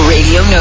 Radio